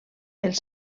els